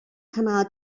canal